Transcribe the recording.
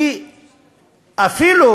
כי אפילו